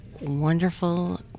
wonderful